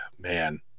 man